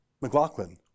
McLaughlin